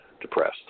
depressed